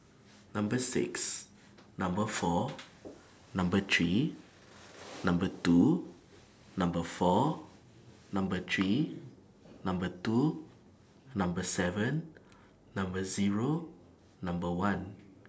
Number six Number four Number three Number two Number four Number three Number two Number seven Number Zero Number one